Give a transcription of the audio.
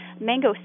mango